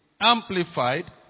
Amplified